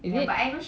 is it